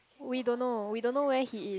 we don't know we don't know where he is